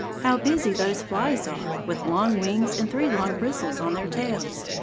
how busy those flies are with long wings and three long bristles on their tails.